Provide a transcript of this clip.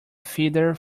feather